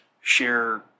share